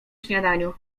śniadaniu